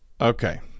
Okay